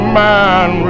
man